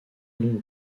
non